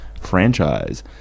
franchise